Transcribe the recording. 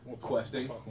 questing